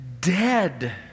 dead